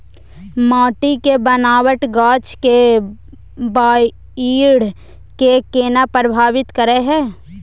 माटी के बनावट गाछ के बाइढ़ के केना प्रभावित करय हय?